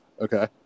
Okay